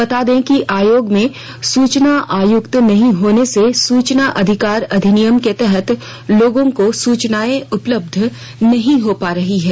बता दें कि आयोग में सूचना आयुक्त नहीं होने से सूचना अधिकार अधिनियम के तहत लोगों को सूचनाएं उपलब्ध नहीं हो पा रही है